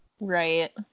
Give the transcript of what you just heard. right